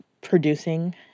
producing